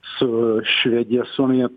su švedija ir suomija